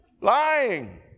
Lying